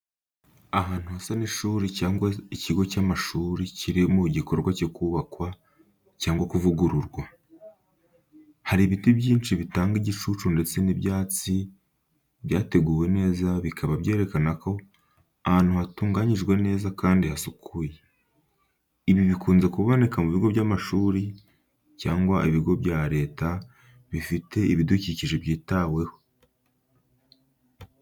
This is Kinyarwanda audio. Ahantu hasa n’ishuri cyangwa ikigo cy'amashuri kiri mu gikorwa cyo kubakwa cyangwa kuvugururwa. Hari ibiti byinshi bitanga igicucu ndetse n'ibyatsi byateguwe neza bikaba byerekana ko ahantu hatunganijwe neza kandi hasukuye. Ibi bikunze kuboneka mu bigo by’amashuri cyangwa ibigo bya leta bifite ibidukikije byitaweho.